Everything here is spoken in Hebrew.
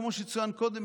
כמו שצוין קודם,